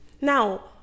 Now